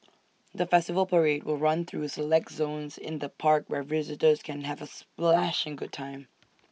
the festival parade will run through select zones in the park where visitors can have A splashing good time